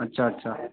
अच्छा अच्छा